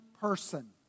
person